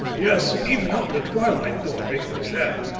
yes, even out in the twilight, though it makes me sad,